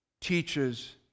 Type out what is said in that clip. teaches